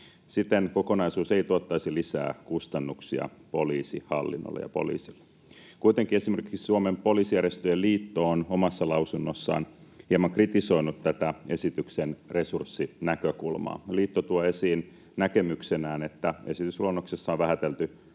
Siten kokonaisuus ei tuottaisi lisää kustannuksia poliisihallinnolle ja poliisille. Kuitenkin esimerkiksi Suomen Poliisijärjestöjen Liitto on omassa lausunnossaan hieman kritisoinut tätä esityksen resurssinäkökulmaa. Liitto tuo esiin näkemyksenään, että esitysluonnoksessa on vähätelty